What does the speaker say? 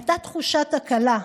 הייתה תחושת הקלה,